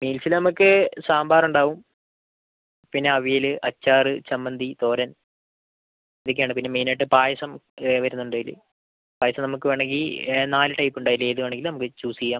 മീൽസിൽ നമുക്ക് സാമ്പാറുണ്ടാവും പിന്നെ അവിയൽ അച്ചാറ് ചമ്മന്തി തോരൻ ഇതൊക്കെയാണ് പിന്നെ മെയിൻ ആയിട്ട് പായസം വരുന്നുണ്ട് അതിൽ പായസം നമുക്ക് വേണമെങ്കിൽ നാല് ടൈപ്പ് ഉണ്ട് അതിൽ ഏത് വേണമെങ്കിലും നമുക്ക് ചൂസ് ചെയ്യാം